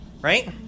right